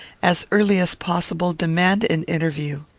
as early as possible, demand an interview.